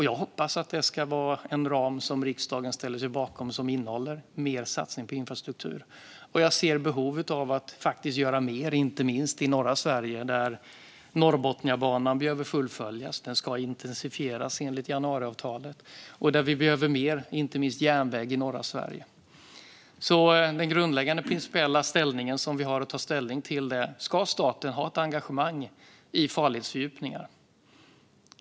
Jag hoppas att riksdagen kommer att ställa sig bakom en ram som innehåller mer satsningar på infrastruktur. Jag ser också behov av att göra mer, inte minst i norra Sverige där Norrbotniabanan behöver fullföljas - planeringen av den ska intensifieras, enligt januariavtalet - och där vi även behöver mer järnväg. Det grundläggande som vi har att ta principiell ställning till är: Ska staten ha ett engagemang i farledsfördjupningar?